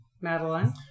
Madeline